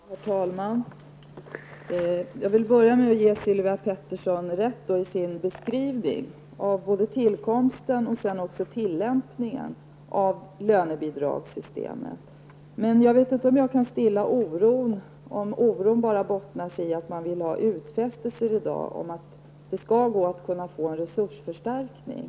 Herr talman! Jag vill börja med att ge Sylvia Pettersson rätt i hennes beskrivning av både tillkomsten och tillämpningen av lönebidragssystemet. Men jag vet inte om jag kan stilla oron, om den bara bottnar i att man vill ha utfästelser i dag om att det skall gå att få en resursförstärkning.